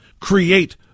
Create